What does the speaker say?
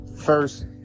first